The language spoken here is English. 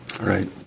Right